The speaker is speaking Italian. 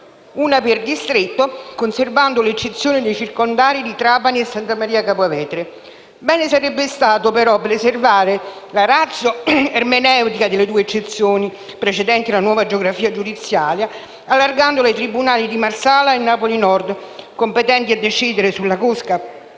una per distretto, conservando l'eccezione dei circondari di Trapani e Santa Maria Capua Vetere. Bene sarebbe stato, però, preservare la *ratio* ermeneutica delle due eccezioni, precedenti alla nuova geografia giudiziaria, allargandole ai tribunali di Marsala e Napoli Nord, competenti a decidere sulla cosca